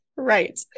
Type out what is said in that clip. Right